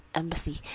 embassy